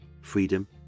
freedom